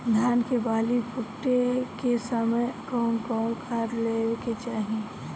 धान के बाली फुटे के समय कउन कउन खाद देवे के चाही?